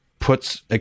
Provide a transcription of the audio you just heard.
Puts